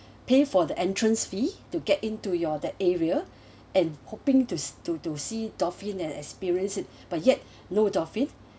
pay for the entrance fee to get into your that area and hoping to to to see dolphin and experience it but yet no dolphin